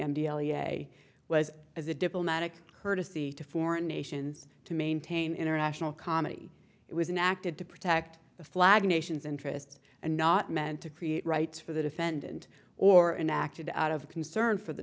a was as a diplomatic courtesy to foreign nations to maintain international comedy it was an acted to protect the flag nation's interests and not meant to create rights for the defendant or an acted out of concern for the